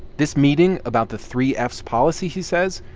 this meeting about the three-f's policy, he says,